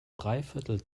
dreiviertel